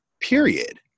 Period